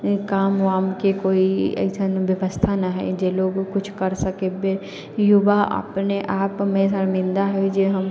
काम वामके कोइ अइसन बेबस्था नहि हइ जे लोक किछु करि सकै युवा अपने आपमे शर्मिन्दा होइ जे हम